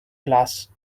glass